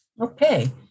Okay